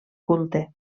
culte